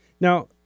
now